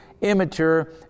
immature